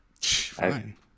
Fine